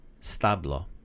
Stablo